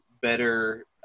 better